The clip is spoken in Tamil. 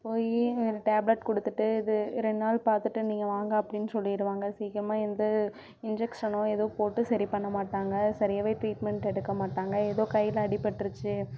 போய் டேப்லெட் கொடுத்துட்டு இது ரெண்டு நாள் பார்த்துட்டு நீங்கள் வாங்க அப்டின்னு சொல்லிடுவாங்க சீக்கிரமாக எந்த இன்ஜெக்ஷனோ ஏதோ போட்டு சரி பண்ண மாட்டாங்க சரியாகவே ட்ரீட்மெண்ட் எடுக்க மாட்டாங்க ஏதோ கையில அடிப்பட்டுருச்சு